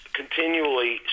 continually